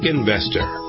Investor